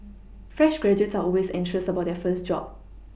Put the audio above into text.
fresh graduates are always anxious about their first job